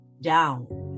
down